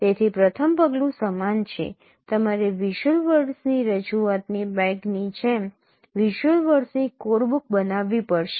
તેથી પ્રથમ પગલું સમાન છે તમારે વિઝ્યુઅલ વર્ડસની રજૂઆતની બેગની જેમ વિઝ્યુઅલ વર્ડસની કોડબુક બનાવવી પડશે